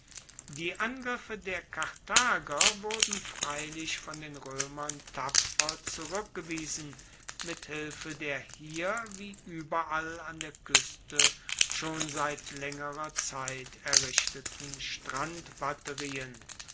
die angriffe der karthager wurden freilich von den roemern tapfer zurueckgewiesen mit hilfe der hier wie ueberall an der kueste schon seit laengerer zeit errichteten